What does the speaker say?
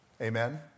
Amen